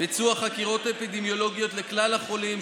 ביצוע חקירות אפידמיולוגיות לכלל החולים,